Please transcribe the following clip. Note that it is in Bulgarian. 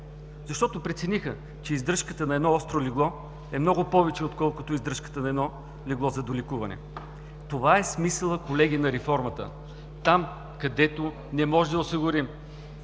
защото прецениха, че издръжката на едно остро легло е много повече отколкото издръжката на едно легло за долекуване. Колеги, това е смисъла на реформата – там, където не можем да осигурим